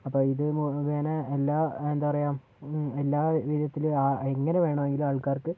അപ്പോൾ ഇത് മുഖേന എല്ലാ എന്താ പറയുക എല്ലാ വിധത്തിലും ഇങ്ങനെ വേണം ആൾക്കാർക്ക്